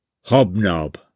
Hobnob